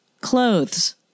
Clothes